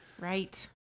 right